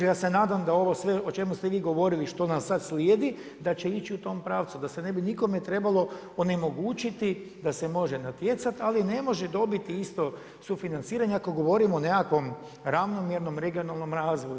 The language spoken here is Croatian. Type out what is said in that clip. I ja se nadam da ovo sve o čemu ste vi govorili što nam sada slijedi da će ići u tom pravcu, da se ne bi nikome trebalo onemogućiti da se može natjecati ali ne može dobiti isto sufinanciranja ako govorimo o nekakvom ravnomjernom regionalnom razvoju.